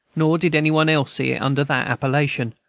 nor did any one else see it under that appellation,